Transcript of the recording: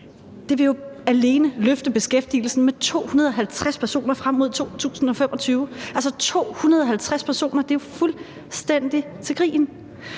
ugen, vil jo alene løfte beskæftigelsen med 250 personer frem mod 2025. Altså, 250 personer – det er jo fuldstændig til grin.